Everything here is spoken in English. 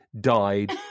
died